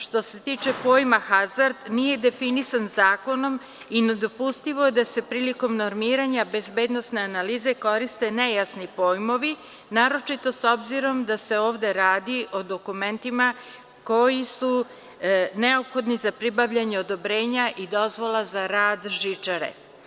Što se tiče pojma „hazard“, nije definisan zakonom i nedopustivo je da se prilikom normiranja bezbednosne analize koriste nejasni pojmovi, naročito s obzirom da se ovde radi o dokumentima koji su neophodni za pribavljanje odobrenja i dozvola za rad žičare.